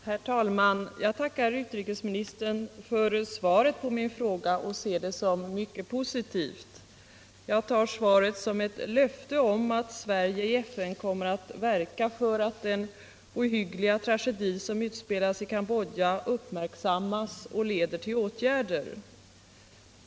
Herr talman! Jag tackar utrikesministern för svaret på min fråga och ser det som mycket positivt. Jag tar svaret som ett löfte om att Sverige i FN kommer att verka för att den ohyggliga tragedi som utspelats i Cambodja uppmärksammas och leder till åtgärder.